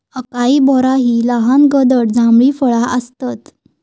acai berry ही लहान गडद जांभळी फळा आसतत